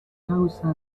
causa